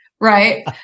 right